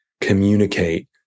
communicate